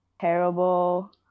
terrible